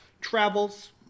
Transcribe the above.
travels